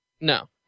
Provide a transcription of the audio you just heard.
No